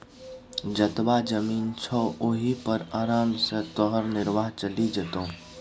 जतबा जमीन छौ ओहि पर आराम सँ तोहर निर्वाह चलि जेतौ